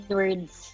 words